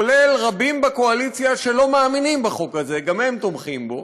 כולל רבים בקואליציה שלא מאמינים בחוק הזה וגם הם תומכים בו,